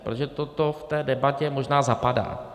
Protože toto v té debatě možná zapadá.